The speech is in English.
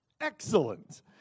Excellent